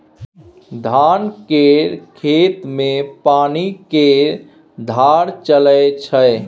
धान केर खेत मे पानि केर धार चलइ छै